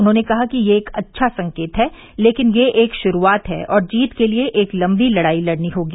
उन्होंने कहा कि यह एक अच्छा संकेत है लेकिन यह श्रूआत है और जीत के लिए एक लंबी लड़ाई लड़नी होगी